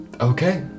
Okay